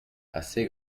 assez